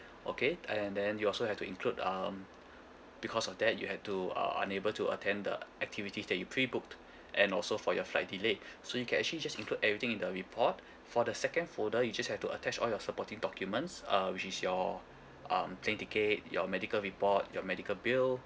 okay and then you also have to include um because of that you had to uh unable to attend the activities that you prebooked and also for your flight delay so you can actually just include everything in the report for the second folder you just have to attach all your supporting documents uh which is your um plane ticket your medical report your medical bill